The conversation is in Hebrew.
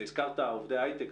אתה הזכרת עובדי הייטק,